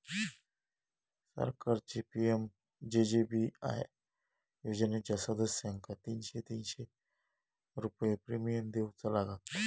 सरकारची पी.एम.जे.जे.बी.आय योजनेच्या सदस्यांका तीनशे तीनशे रुपये प्रिमियम देऊचा लागात